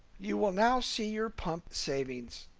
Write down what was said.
you will now see your pump savings.